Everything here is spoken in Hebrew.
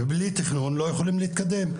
ובלי תכנון לא יכולים להתקדם,